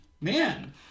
Man